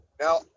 Now